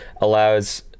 allows